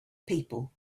people